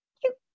Cute